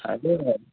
అదే